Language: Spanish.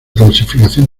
clasificación